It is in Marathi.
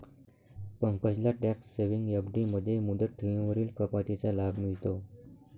पंकजला टॅक्स सेव्हिंग एफ.डी मध्ये मुदत ठेवींवरील कपातीचा लाभ मिळतो